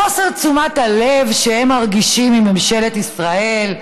לחוסר תשומת הלב שהם מרגישים מממשלת ישראל,